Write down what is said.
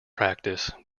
practice